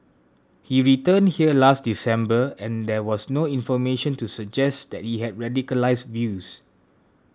he returned here last December and there was no information to suggest that he had radicalised views